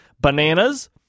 Bananas